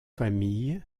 famille